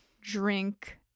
drink